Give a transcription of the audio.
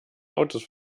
autos